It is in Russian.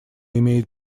имеет